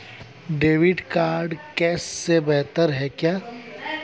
Debit card cash से बेहतर क्यों है?